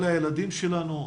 אלה הילדים שלנו,